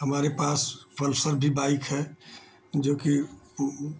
हमारे पास पल्सर भी बाइक है जोकि वह भी